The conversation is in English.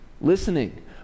listening